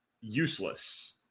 useless